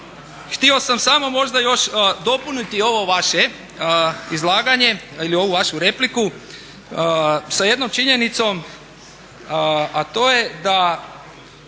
Htio sam samo možda još dopuniti ovo vaše izlaganje ili ovu vašu repliku sa jednom činjenicom, a to je da